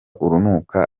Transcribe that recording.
urunuka